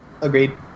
Agreed